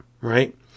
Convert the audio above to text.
right